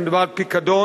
אלא מדובר על פיקדון,